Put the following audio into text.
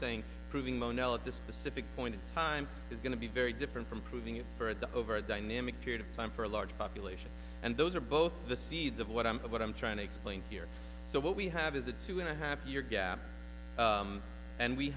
saying proving mono at this specific point in time is going to be very different from proving it for the over dynamic period of time for a large population and those are both the seeds of what i'm what i'm trying to explain here so what we have is a two and a half year gap and we